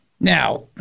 Now